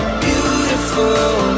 beautiful